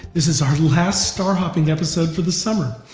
this is our last star hopping episode for the summer.